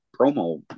promo